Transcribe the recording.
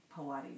Pilates